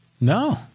No